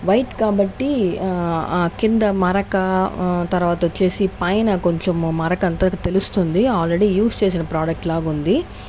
white కాబట్టి ఆ కింద మరక తర్వాత వచ్చేసి పైన కొంచెం మరక అంతా తెలుస్తుంది ఆల్రెడీ యూస్ చేసిన ప్రోడక్ట్ లాగా ఉంది